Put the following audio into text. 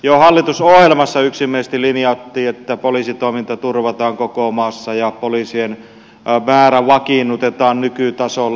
jo hallitusohjelmassa yksimielisesti linjattiin että poliisitoiminta turvataan koko maassa ja poliisien määrä vakiinnutetaan nykytasolle